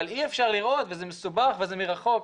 אבל אי אפשר לירות וזה מסובך וזה מרחוק'.